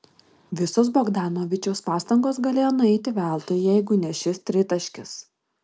visos bogdanovičiaus pastangos galėjo nueiti veltui jeigu ne šis tritaškis